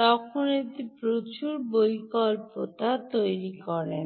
তখন এটি প্রচুর বৈকল্পিকতা তৈরি করে না